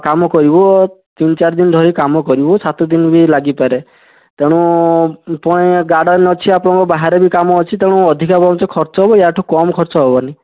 କାମ କରିବୁ ତିନି ଚାରି ଦିନ ଧରି କାମ କରିବୁ ସାତଦିନ ବି ଲାଗିପାରେ ତେଣୁ ପୁଣି ଗାର୍ଡେନ୍ ଅଛି ଆପଣଙ୍କ ବାହାରେ ବି କାମ ଅଛି ତେଣୁ ଅଧିକା ବରଂ ଖର୍ଚ୍ଚ ହେବ ୟାଠୁ କମ୍ ଖର୍ଚ୍ଚ ହେବନି